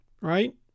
right